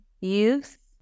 youth